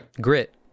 Grit